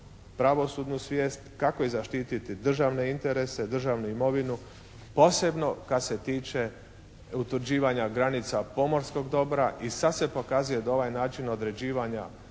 pravosudnu svijest, kako zaštiti državne interese, državnu imovinu, posebno kad se tiče utvrđivanja granica pomorskog dobra. I sad se pokazuje da ovaj način određivanja